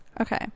Okay